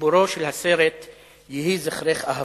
גיבורו של הסרט "יהיה זכרך אהבה".